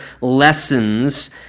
lessons